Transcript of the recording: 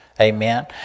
Amen